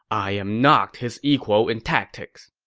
i am not his equal in tactics!